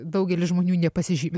daugelis žmonių nepasižymi